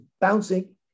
bouncing